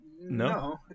no